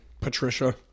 Patricia